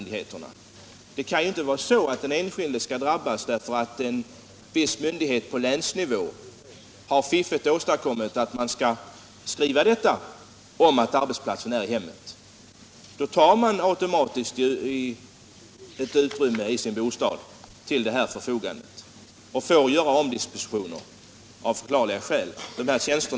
Det får inte vara så, att den enskilde skall drabbas, därför att en viss myndighet på länsnivå på ett fiffigt sätt har åstadkommit en arbetsbeskrivning som säger att arbetsplatsen är i hemmet. Man tar automatiskt ett utrymme i sin bostad i anspråk för ändamålet i fråga och får av förklarliga skäl göra omdispositioner.